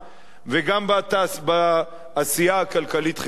וגם בעשייה הכלכלית-חברתית.